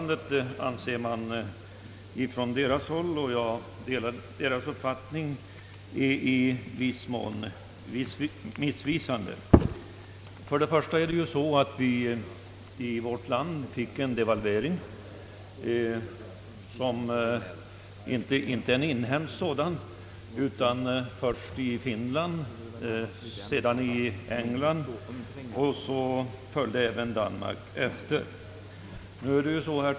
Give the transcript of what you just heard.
De anser att skrivningsförfarandet — och jag delar deras uppfattning — är i viss mån missvisande. För det första fick vårt land en devalvering, inte en inhemsk sådan, utan först kom devalveringen i Finland, sedan i England och slutligen följde även Danmark efter.